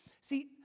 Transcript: See